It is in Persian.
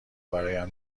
برایم